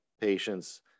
patients